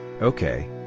okay